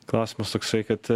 klausimas toksai kad